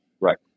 Right